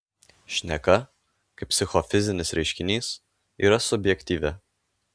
šneka kaip psichofizinis reiškinys yra subjektyvi